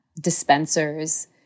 dispensers